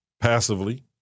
Passively